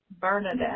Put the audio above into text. Bernadette